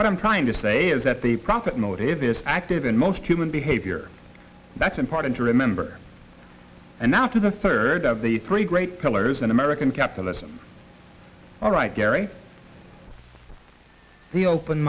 what i'm trying to say is that the profit motive is active in most human behavior that's important to remember and now to the third of the three great pillars in american capitalism all right gary the open